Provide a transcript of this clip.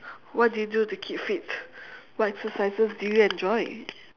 what do you do to keep fit what exercises do you enjoy